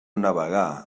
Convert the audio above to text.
navegar